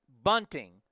Bunting